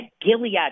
Gilead